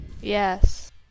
Yes